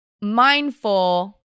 Mindful